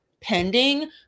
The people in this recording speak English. pending